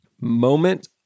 moment